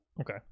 Okay